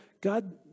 God